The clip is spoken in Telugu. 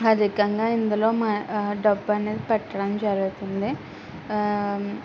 అధికంగా ఇందులో మా డబ్బు అనేది పెట్టడం జరుగుతుంది